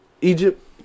Egypt